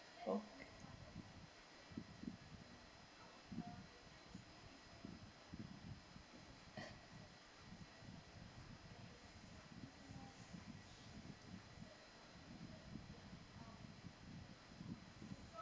okay